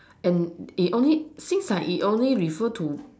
and it only seems like it only refer to